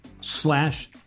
slash